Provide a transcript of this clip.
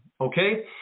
Okay